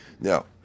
Now